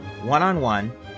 one-on-one